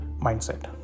mindset